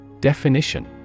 Definition